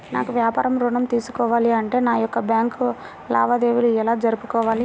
నాకు వ్యాపారం ఋణం తీసుకోవాలి అంటే నా యొక్క బ్యాంకు లావాదేవీలు ఎలా జరుపుకోవాలి?